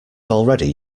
already